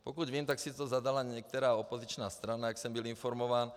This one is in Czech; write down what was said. Pokud vím, tak si to zadala některá opoziční strana, jak jsem byl informován.